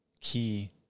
key